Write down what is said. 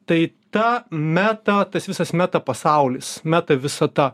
tai ta meta tas visas meta pasaulis meta visata